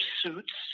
suits